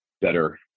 better